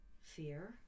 fear